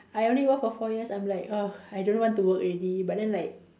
I only work for four years I'm like ugh I don't want to work already but then like